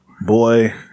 boy